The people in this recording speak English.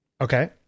Okay